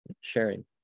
sharing